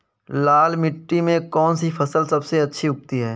लाल मिट्टी में कौन सी फसल सबसे अच्छी उगती है?